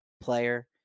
player